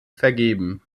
vergeben